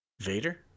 Vader